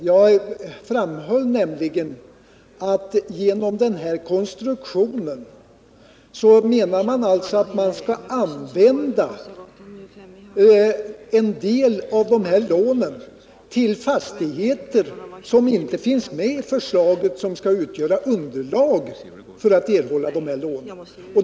Jag framhöll nämligen att man genom denna konstruktion kommer att använda en del av dessa lån till fastigheter som inte finns med i förslaget, som skall utgöra underlag för att erhålla lånen.